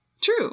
True